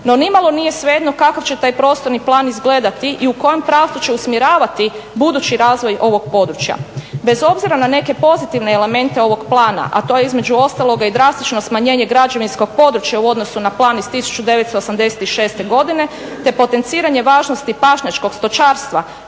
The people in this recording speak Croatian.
no nimalo nije svejedno kako će taj prostorni plan izgledati i u kojem pravcu će usmjeravati budući razvoj ovog područja bez obzira na neke pozitivne elemente ovog plana a to je između ostaloga i drastično smanjenje građevinskog područja u odnosu na plan iz 1986.godine te potenciranje važnosti pašnjačkog stočarstva